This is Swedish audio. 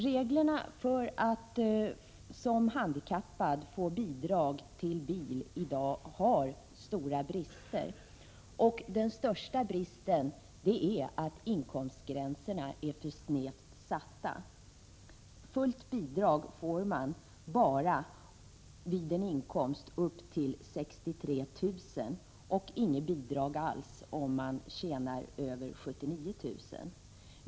Reglerna för att som handikappad i dag få bidrag till bil har stora brister, och den största bristen är att inkomstgränserna är för snävt satta. Fullt bidrag får man bara vid en inkomst upp till 63 000 kr. och inget bidrag alls om man tjänar över 79 000 kr.